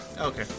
Okay